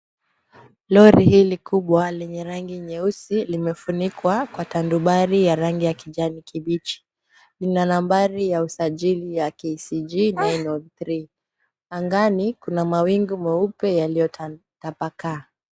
Lori hili kubwa lenye rangi nyeusi limefunikwa kwa tandubari ya rangi ya kijani kibichi. Lina nambari ya usajili ya KCG 903. Angani kuna mawingu meupe yaliyotapakaa.